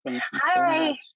Hi